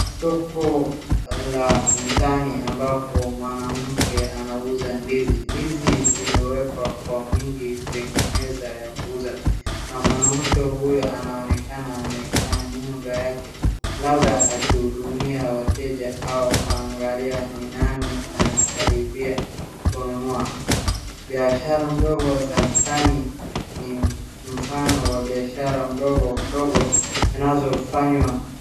Soko la ndani ambapo mwanamke anauza ndizi. Ndizi zimewekwa kwa wingi kwenye meza ya kuuza na mwanamke huyu anaonekana amekaa nyuma yake labda akihudumia wateja au kuangalia ni nani anakaribia kununua. Biashara ndogo za mitaani ni mfano wa biashara ndogo ndogo zinazofanywa.